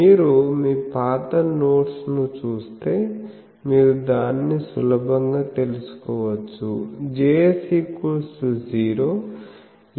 మీరు మీ పాత నోట్స్ ను చూస్తే మీరు దాన్ని సులభంగా తెలుసుకోవచ్చు